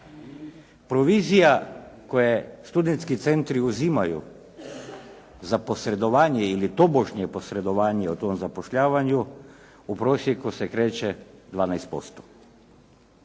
Provizija koje studentski centri uzimaju za posredovanje ili tobožnje posredovanje u tom zapošljavanju u prosjeku se kreće 12%.